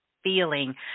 feeling